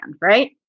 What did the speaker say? right